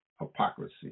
hypocrisy